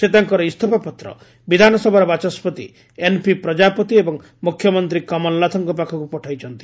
ସେ ତାଙ୍କର ଇଞ୍ଜଫାପତ୍ର ବିଧାନସଭାର ବାଚସ୍କତି ଏନ୍ପି ପ୍ରଜାପତି ଏବଂ ମୁଖ୍ୟମନ୍ତ୍ରୀ କମଲନାଥଙ୍କ ପାଖକୁ ପଠାଇଛନ୍ତି